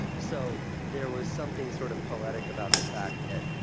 so there was something sort of poetic about the fact that,